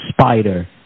Spider